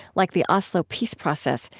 like the oslo peace process,